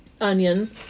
onion